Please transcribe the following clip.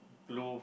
blue